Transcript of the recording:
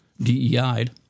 DEI'd